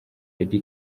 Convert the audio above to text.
eddy